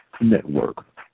Network